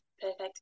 Perfect